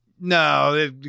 no